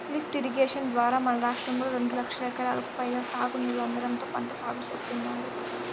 lift irrigation ద్వారా మన రాష్ట్రంలో రెండు లక్షల ఎకరాలకు పైగా సాగునీరు అందడంతో పంట సాగు చేత్తున్నారు